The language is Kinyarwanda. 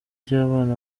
ry’abana